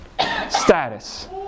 status